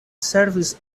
servis